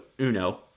uno